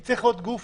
לכן צריך להיות גוף